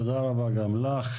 תודה רבה גם לך.